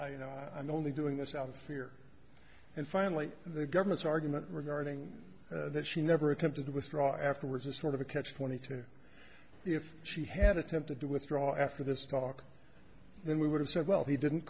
i you know i'm only doing this out of here and finally the government's argument regarding that she never attempted to withdraw afterwards is sort of a catch twenty two if she had attempted to withdraw after this talk then we would have said well he didn't